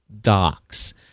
Docs